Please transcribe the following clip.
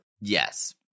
Yes